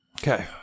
Okay